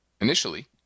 initially